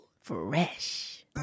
Fresh